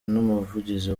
n’umuvugizi